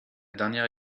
dernière